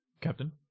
captain